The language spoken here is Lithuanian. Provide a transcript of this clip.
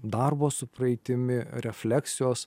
darbo su praeitimi refleksijos